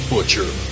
Butcher